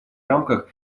рамках